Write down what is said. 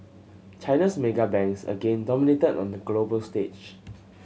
China's mega banks again dominated on the global stage